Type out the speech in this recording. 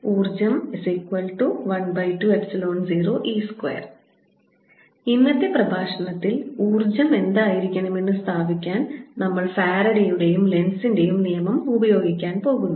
ഊർജ്ജം 120E2 ഇന്നത്തെ പ്രഭാഷണത്തിൽ ഊർജ്ജം എന്തായിരിക്കണമെന്ന് സ്ഥാപിക്കാൻ നമ്മൾ ഫാരഡേയുടെയും ലെൻസിന്റെയും നിയമം ഉപയോഗിക്കാൻ പോകുന്നു